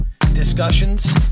discussions